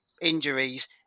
Injuries